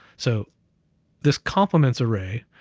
so this compliments array,